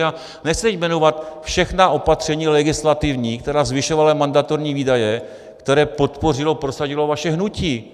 A nechci teď jmenovat všechna opatření legislativní, která zvyšovala mandatorní výdaje, které podpořilo, prosadilo vaše hnutí.